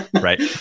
right